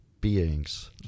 beings